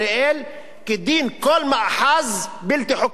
כדין כל מאחז בלתי חוקי בגדה המערבית,